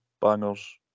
Bangers